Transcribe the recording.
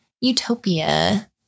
utopia